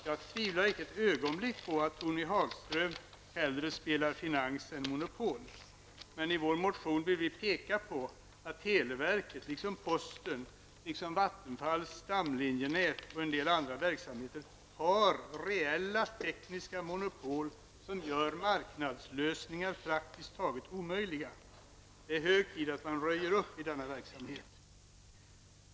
Jag tvivlar inte ett ögonblick på att Tony Hagström hellre spelar finans än monopol. I vår motion vill vi dock peka på att televerket liksom posten, Vattenfalls stamlinjenät och en del andra verksamheter har reella tekniska monopol som gör marknadslösningar praktiskt taget omöjliga. Det är hög tid att man röjer upp i denna verksamhet.